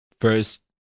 first